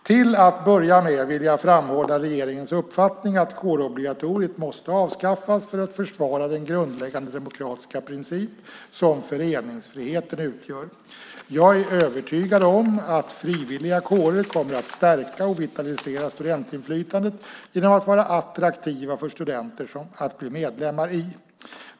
Till att börja med vill jag framhålla regeringens uppfattning att kårobligatoriet måste avskaffas för att försvara den grundläggande demokratiska princip som föreningsfriheten utgör. Jag är övertygad om att frivilliga kårer kommer att stärka och vitalisera studentinflytandet genom att vara attraktiva för studenter att bli medlemmar i.